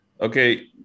Okay